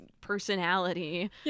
personality